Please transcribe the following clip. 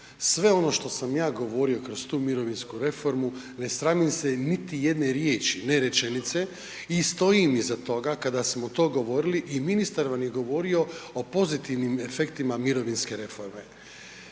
Sve ono što sam ja govorio kroz tu mirovinsku reformu, ne sramim se niti jedne riječi, ne rečenice i stojim iza toga kada smo to govorili i ministar vam je govorio o pozitivnim efektima mirovinske reforme.